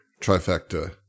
trifecta